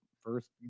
first